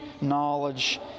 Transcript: knowledge